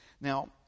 Now